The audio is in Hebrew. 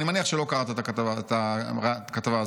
אני מניח שלא קראת את הכתבה הזו.